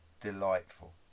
delightful